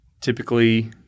typically